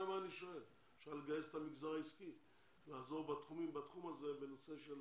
שואל כי אפשר לגייס את המגזר העסקי לעזור בתחום הזה בנושא של